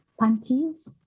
panties